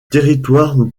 territoire